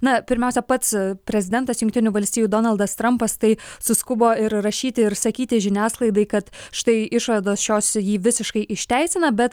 na pirmiausia pats prezidentas jungtinių valstijų donaldas trampas tai suskubo ir rašyti ir sakyti žiniasklaidai kad štai išvados šios jį visiškai išteisina bet